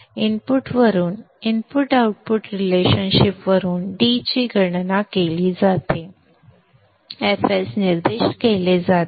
इनपुटवरून input output रिलेशनशिपवरून d ची गणना केली जाते fs निर्दिष्ट केले आहे